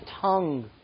tongue